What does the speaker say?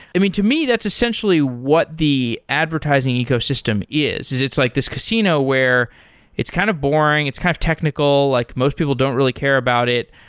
i mean, to me that's essentially what the advertising ecosystem is. it's like this casino where it's kind of boring, it's kind of technical, like most people don't really care about it,